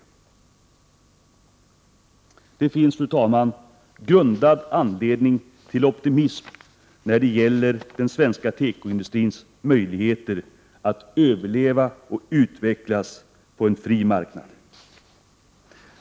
Det finns, fru talman, grundad anledning till optimism när det gäller den svenska tekoindustrins möjligheter att överleva och utvecklas på en fri marknad.